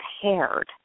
prepared